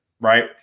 right